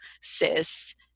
cis